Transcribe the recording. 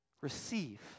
receive